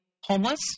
homeless